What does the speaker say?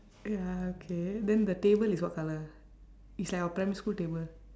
ya okay then the table is what colour it's like our primary school table